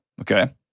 Okay